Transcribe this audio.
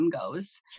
goes